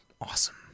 awesome